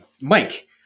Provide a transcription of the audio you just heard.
Mike